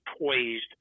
poised